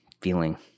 feeling